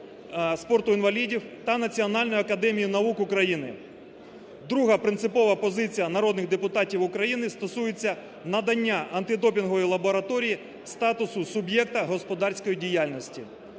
спорту інвалідів та Національної академії наук України. Друга принципова позиція народних депутатів України стосується надання антидопінгової лабораторії статусу суб'єкта господарської діяльності,